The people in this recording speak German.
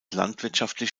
landwirtschaftlich